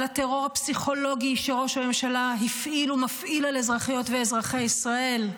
על הטרור הפסיכולוגי שראש הממשלה הפעיל ומפעיל על אזרחיות ואזרחי ישראל,